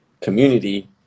community